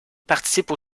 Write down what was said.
participent